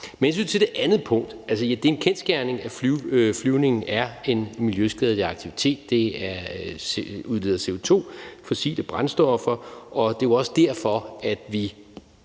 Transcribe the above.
hensyn til det andet punkt vil jeg sige, at det er en kendsgerning, at flyvning er en miljøskadelig aktivitet. Det udleder CO2 og bruger fossile brændstoffer. Det er jo også derfor, at vi